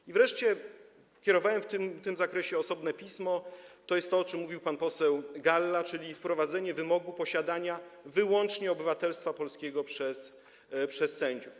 I wreszcie - kierowałem w tym zakresie osobne pismo - to, o czym mówił pan poseł Galla, czyli wprowadzenie wymogu posiadania wyłącznie obywatelstwa polskiego przez sędziów.